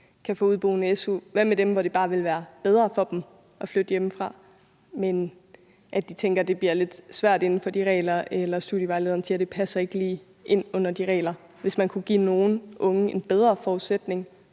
su som udeboende. Hvad med dem, hvor det bare vil være bedre for dem at flytte hjemmefra, men hvor de tænker, at det vil være lidt svært inden for de regler, eller hvor studievejlederen siger, at det ikke lige passer ind under de regler? Hvad, hvis man kunne give nogle unge en bedre forudsætning